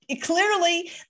Clearly